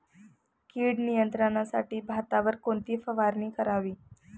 कीड नियंत्रणासाठी भातावर कोणती फवारणी करावी?